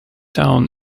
town